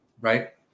Right